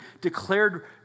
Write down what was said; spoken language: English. declared